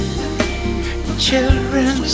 children